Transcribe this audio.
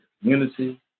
community